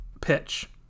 pitch